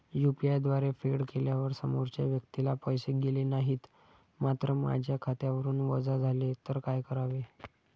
UPI द्वारे फेड केल्यावर समोरच्या व्यक्तीला पैसे गेले नाहीत मात्र माझ्या खात्यावरून वजा झाले तर काय करावे?